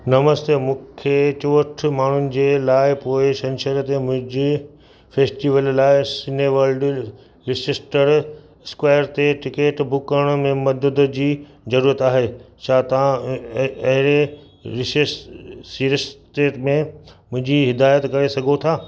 नमस्ते मूंखे चोहठि माण्हुनि जे लाइ पोएं छंछर ते मुंहिंजे फैस्टीवल ते सिनेवर्ल्ड लीसेस्टर स्क्वायर ते टिकट बुक करण में मदद जी ज़रूरत आहे छा त अहिड़े रिसिस सिरिश्ते में मुंहिंजी हिदायत करे सघो था